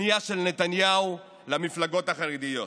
הכניעה של נתניהו למפלגות החרדיות.